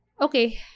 okay